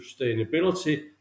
sustainability